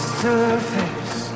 surface